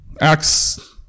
Acts